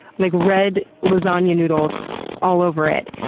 like, red lasagna noodles all over it.